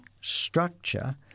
structure